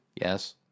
yes